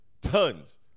Tons